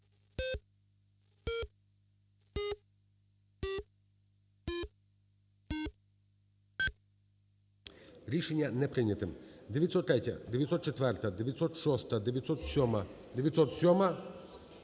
Рішення не прийнято.